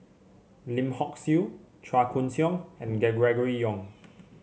Lim Hock Siew Chua Koon Siong and Gregory Yong